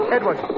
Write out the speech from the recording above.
Edward